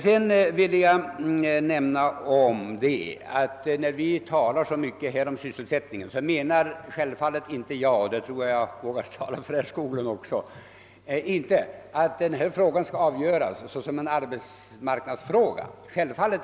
Vidare vill jag nämna att vi när vi lägger så stor vikt vid sysselsättningen — och härvidlag tror jag att jag vågar tala också för herr Skoglund — självfallet inte menar att Vindelälvsfrågan skall avgöras enbart såsom en arbetsmarknadsfråga.